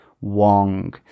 Wong